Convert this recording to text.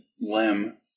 limb